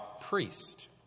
priest